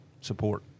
support